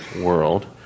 world